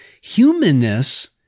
humanness